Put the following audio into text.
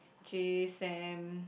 Jay Sam